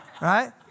right